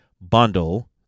bundle